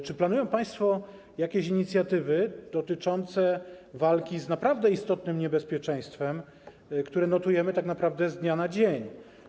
Czy planują państwo jakieś inicjatywy dotyczące walki z naprawdę istotnym niebezpieczeństwem, które notujemy tak naprawdę z dnia na dzień?